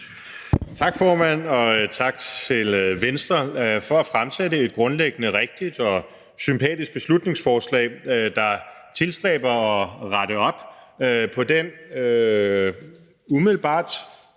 Tak, formand, og tak til Venstre for at fremsætte et grundlæggende rigtigt og sympatisk beslutningsforslag, der tilstræber at rette op på den umiddelbart